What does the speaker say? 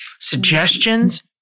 suggestions